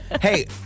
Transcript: Hey